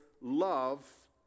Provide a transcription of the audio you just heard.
love